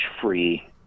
free